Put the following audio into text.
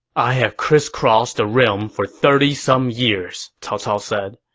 i have crisscrossed the realm for thirty some years, cao cao said.